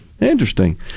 Interesting